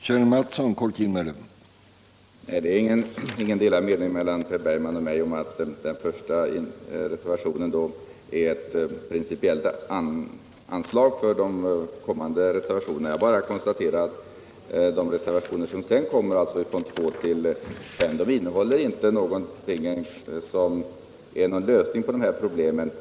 Herr talman! Det råder inga delade meningar mellan Per Bergman och mig om att den första reservationen är ett principiellt anslag inför de kommande reservationerna. Jag bara konstaterar att de reservationer som sedan kommer, reservationerna 2-5, inte innehåller någonting som ger en lösning på problemen.